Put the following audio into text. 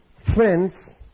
friends